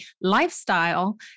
lifestyle